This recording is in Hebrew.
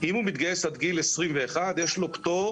אם הוא מתגייס עד גיל 21 יש לו פטור